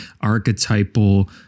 archetypal